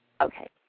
Okay